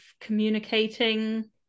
communicating